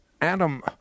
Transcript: Adam